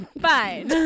Fine